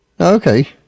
Okay